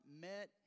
met